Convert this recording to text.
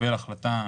בגלל שהצעד הוחלט על